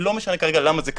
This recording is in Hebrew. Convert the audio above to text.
לא משנה רגע למה זה קרה.